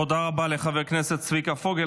תודה רבה לחבר הכנסת צביקה פוגל.